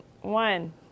one